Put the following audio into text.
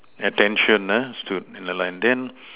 attention uh stood in a line then